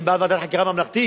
אני בעד ועדת חקירה ממלכתית